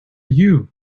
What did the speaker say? you